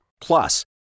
Plus